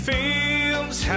Films